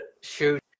Shoot